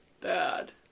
bad